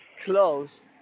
close